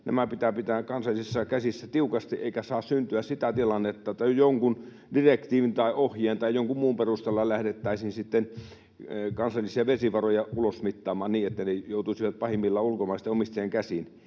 nämä pitää pitää kansallisissa käsissä tiukasti eikä saa syntyä sitä tilannetta, että jonkun direktiivin tai ohjeen tai jonkun muun perusteella lähdettäisiin kansallisia vesivaroja ulosmittaamaan niin, että ne joutuisivat pahimmillaan ulkomaisten omistajien käsiin.